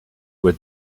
were